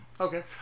Okay